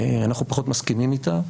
אנחנו פחות מסכימים איתה,